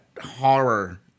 horror